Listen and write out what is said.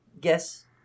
guess